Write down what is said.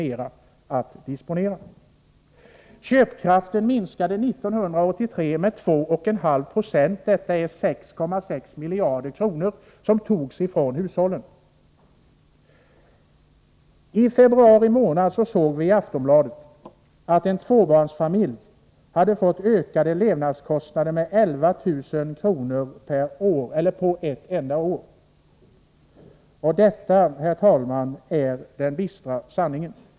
mera att disponera. Köpkraften minskade 1983 med 2,5 96. 6,6 miljarder kronor togs således från hushållen. I februari månad kunde man läsa i Aftonbladet att för en tvåbarnsfamilj hade levnadskostnaderna ökat med 11 000 kr. på ett enda år. Detta, herr talman, är den bistra sanningen.